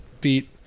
beat